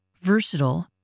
versatile